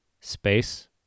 space